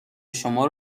شما